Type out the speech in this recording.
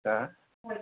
दा